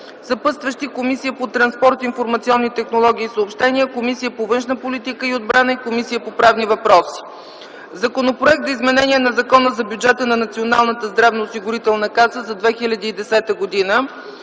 Съпътстващи са Комисията по транспорт, информационни технологии и съобщения, Комисията по външна политика и отбрана и Комисията по правни въпроси. Законопроект за изменение на Закона за бюджета на Националната здравноосигурителна каса за 2010 г.